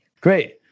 Great